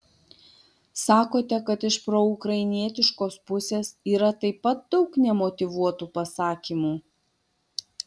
sakote kad iš proukrainietiškos pusės yra taip pat daug nemotyvuotų pasakymų